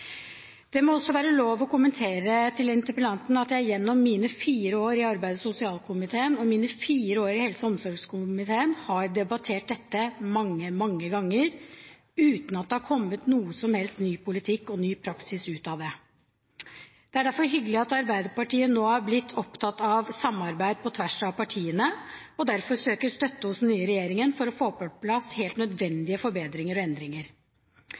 Det må også være lov å kommentere til interpellanten at jeg gjennom mine fire år i arbeids- og sosialkomiteen og mine fire år i helse- og omsorgskomiteen har debattert dette mange, mange ganger, uten at det har kommet noe som helst ny politikk og ny praksis ut av det. Det er derfor hyggelig at Arbeiderpartiet nå er blitt opptatt av samarbeid på tvers av partigrensene og derfor søker støtte hos den nye regjeringen for å få på plass helt nødvendige forbedringer og endringer.